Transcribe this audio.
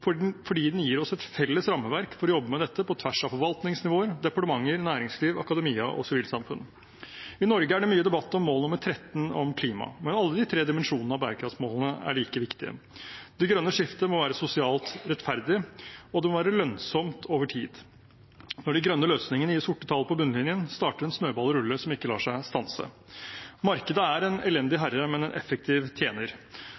for det gir oss et felles rammeverk for å jobbe med dette på tvers av forvaltningsnivåer, departementer, næringsliv, akademia og sivilsamfunn. I Norge er det mye debatt om mål nr. 13, klima. Men alle de tre dimensjonene av bærekraftsmålene er like viktige. Det grønne skiftet må være sosialt rettferdig, og det må være lønnsomt over tid. Når de grønne løsningene gir sorte tall på bunnlinjen, starter en snøball å rulle – og den lar seg ikke stanse. Markedet er en elendig